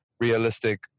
realistic